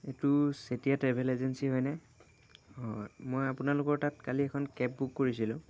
এইটো Chetia travel agency হয়নে মই আপোনালোকৰ তাত কালি এখন কেব বুক কৰিছিলোঁ